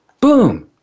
Boom